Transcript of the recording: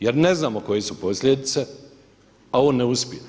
jer ne znamo koje su posljedice, a on ne uspije.